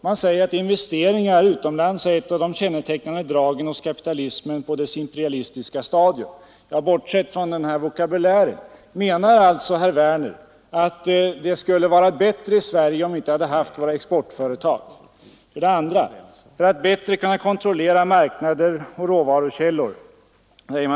Man säger: ”Investeringar utomlands är ett av de kännetecknande dragen hos kapitalismen på dess imperialistiska stadium.” Bortsett från vokabulären: Menar herr Werner att det skulle vara bättre i Sverige om vi inte hade haft våra exportföretag och då inklusive de produktionsenheter de etablerat utomlands?